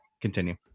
continue